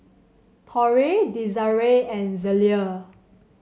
Torie Desirae and Zelia